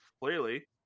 clearly